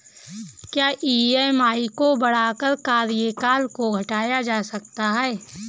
क्या ई.एम.आई को बढ़ाकर कार्यकाल को घटाया जा सकता है?